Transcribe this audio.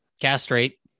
castrate